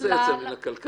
איזה יוצא מן הכלל?